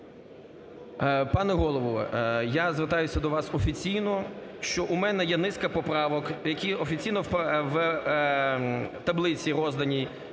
Пане Голово, я звертаюсь до вас офіційно, що у мене є низка поправок, які офіційно в таблиці роздані,